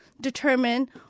determine